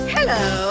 Hello